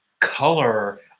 color